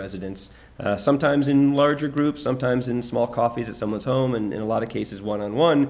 residents sometimes in larger groups sometimes in small coffees at someone's home and in a lot of cases one on one